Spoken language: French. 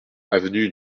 avenue